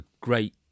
great